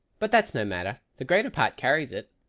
but that's no matter, the greater part carries it.